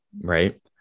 Right